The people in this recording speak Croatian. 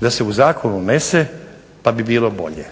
da se u Zakon unese pa bi bilo bolje.